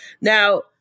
Now